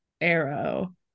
arrow